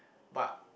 but